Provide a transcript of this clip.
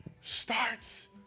starts